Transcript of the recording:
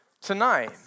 tonight